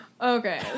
Okay